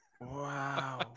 wow